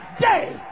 day